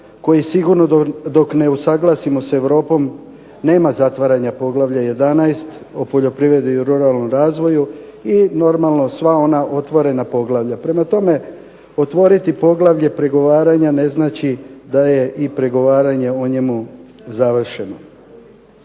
koji sigurno dok ne usaglasimo sa Europom nema zatvaranja poglavlja 11 o poljoprivredi i ruralnom razvoju i normalno sva ona otvorena poglavlja. Prema tome, otvoriti poglavlje pregovaranja ne znači i da je pregovaranje o njemu završeno.